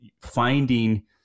Finding